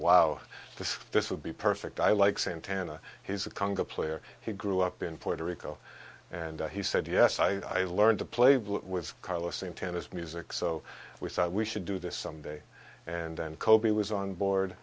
wow this this would be perfect i like santana he's a congo player he grew up in puerto rico and he said yes i learned to play with carlos in tennis music so we thought we should do this someday and then colby was on board